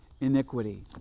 iniquity